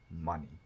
money